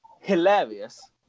hilarious